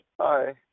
Hi